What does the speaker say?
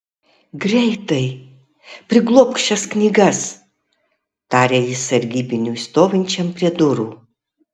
greitai priglobk šias knygas tarė jis sargybiniui stovinčiam prie durų